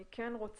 אני כן רוצה